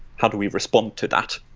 how do we respond to that?